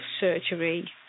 surgery